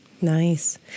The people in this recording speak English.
Nice